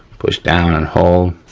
push down and hold.